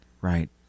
right